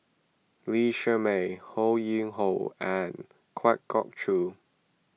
Lee Shermay Ho Yuen Hoe and Kwa Geok Choo